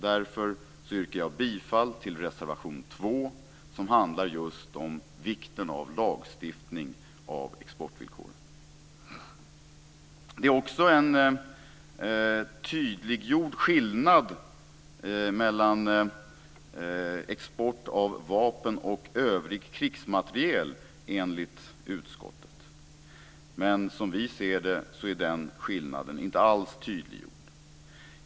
Därför yrkar jag bifall till reservation 2 som handlar just om vikten av lagstiftning när det gäller exportvillkoren. Skillnaden mellan export av vapen och övrig krigsmateriel är också tydliggjord enligt utskottet. Men som vi ser det är den skillnaden inte alls tydliggjord.